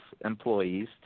employees